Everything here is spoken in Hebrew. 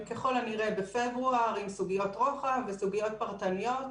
ככל הנראה זה יהיה בפברואר עם סוגיות רוחב וסוגיות פרטניות.